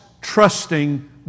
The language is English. trusting